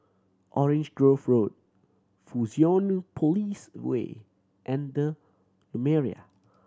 Orange Grove Road Fusionopolis Way and The Lumiere